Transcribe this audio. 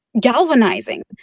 galvanizing